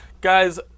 Guys